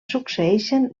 succeeixen